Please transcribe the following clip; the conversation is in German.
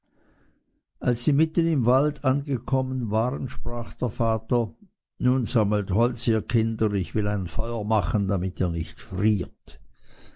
als sie mitten in den wald gekommen waren sprach der vater nun sammelt holz ihr kinder ich will ein feuer anmachen damit ihr nicht friert